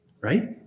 Right